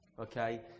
okay